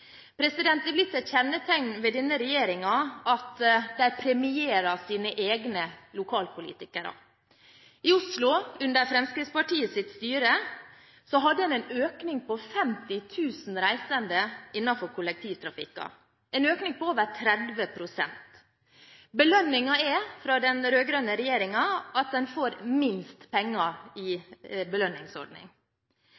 Det er blitt et kjennetegn ved denne regjeringen at de premierer sine egne lokalpolitikere. I Oslo, under Fremskrittspartiets styre, hadde vi en økning på 50 000 reisende innenfor kollektivtrafikken, en økning på over 30 pst. «Belønningen» fra den rød-grønne regjeringen er at en får minst penger i